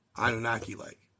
Anunnaki-like